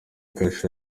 kasho